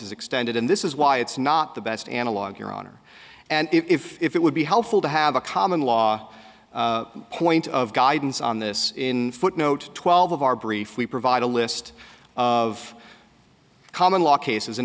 is extended and this is why it's not the best analog your honor and if it would be helpful to have a common law point of guidance on this in footnote twelve of our brief we provide a list of common law cases an